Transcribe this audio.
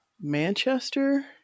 Manchester